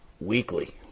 weekly